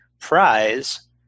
prize